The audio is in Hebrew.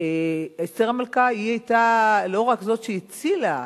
אסתר המלכה היתה לא רק זאת שהצילה.